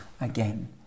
again